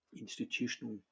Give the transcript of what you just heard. institutional